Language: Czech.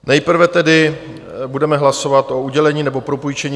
Nejprve tedy budeme hlasovat o udělení nebo propůjčení